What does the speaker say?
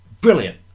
brilliant